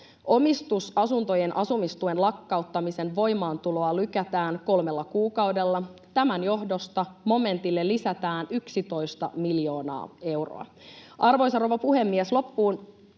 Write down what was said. Omistusasuntojen asumistuen lakkauttamisen voimaantuloa lykätään kolmella kuukaudella. Tämän johdosta momentille lisätään 11 miljoonaa euroa. Arvoisa rouva puhemies! Loppuun